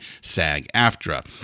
SAG-AFTRA